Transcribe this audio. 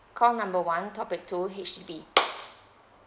call number one topic two H_D_B